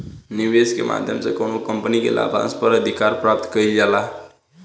निवेस के माध्यम से कौनो कंपनी के लाभांस पर अधिकार प्राप्त कईल जाला